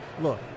Look